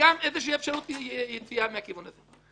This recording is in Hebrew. גם איזושהי אפשרות יציאה מהכיוון הזה.